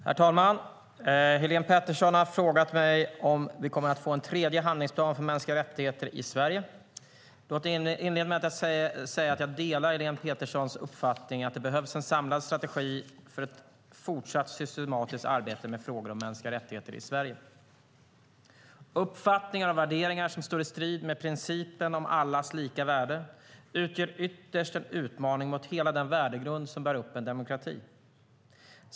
Herr talman! Helene Petersson har frågat mig om vi kommer att få en tredje handlingsplan för mänskliga rättigheter i Sverige. Låt mig inleda med att säga att jag delar Helene Peterssons uppfattning att det behövs en samlad strategi för ett fortsatt systematiskt arbete med frågor om mänskliga rättigheter i Sverige. Uppfattningar och värderingar som står i strid med principen om allas lika värde utgör ytterst en utmaning mot hela den värdegrund som bär upp en demokrati.